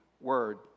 word